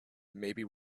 maybe